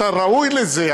אתה ראוי לזה,